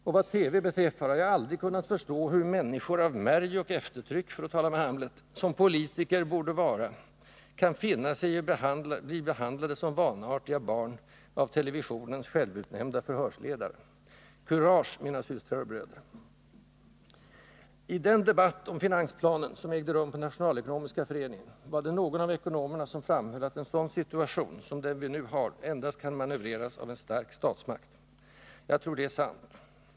Och vad TV beträffar har jag aldrig kunnat förstå hur människor av märg och eftertryck, för att tala med Hamlet — som politiker borde vara — kan finna sig i att bli behandlade som vanartiga barn av televisionens självutnämnda förhörsledare. Kurage, mina systrar och bröder! I den debatt om finansplanen som ägde rum på Nationalekonomiska föreningen var det någon av ekonomerna som framhöll att en sådan situation som den vi nu har endast kan manövreras av en stark statsmakt. Jag tror det är sant.